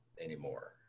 anymore